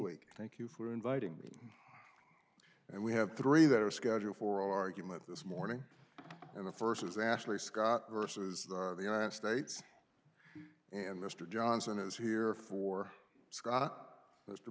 week thank you for inviting me and we have three that are scheduled for argument this morning and the first is ashley scott versus the united states and mr johnson is here for scott